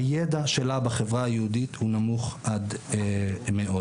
הידע שלה בחברה היהודית נמוך עד מאוד.